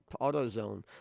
AutoZone